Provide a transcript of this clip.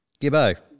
Gibbo